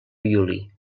violí